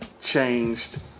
changed